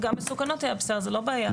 גם "מסוכנות" זה בסדר, זה לא בעיה.